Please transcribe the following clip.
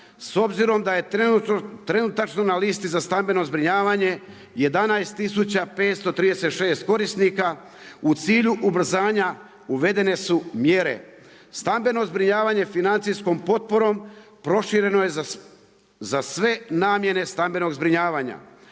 s obzirom da je trenutačno na listi za stambeno zbrinjavanje 11 tisuća 536 korisnika u cilju ubrzanja uvedene su mjere. Stambeno zbrinjavanje financijskom potporom prošireno je za sve namjene stambenog zbrinjavanja.